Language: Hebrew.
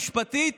משפטית